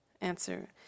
Answer